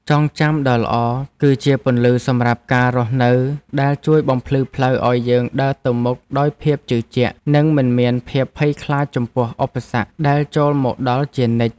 ចងចាំដ៏ល្អគឺជាពន្លឺសម្រាប់ការរស់នៅដែលជួយបំភ្លឺផ្លូវឱ្យយើងដើរទៅមុខដោយភាពជឿជាក់និងមិនមានភាពភ័យខ្លាចចំពោះឧបសគ្គដែលចូលមកដល់ជានិច្ច។